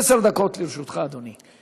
עשר דקות לרשותך, אדוני.